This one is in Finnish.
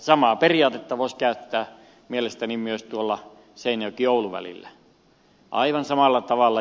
samaa periaatetta voisi käyttää mielestäni myös seinäjokioulu välillä aivan samalla tavalla